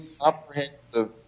comprehensive